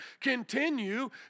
Continue